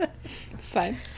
fine